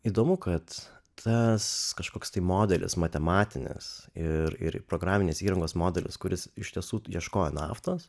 įdomu kad tas kažkoks tai modelis matematinės ir ir programinės įrangos modelis kuris iš tiesų ieškojo naftos